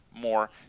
more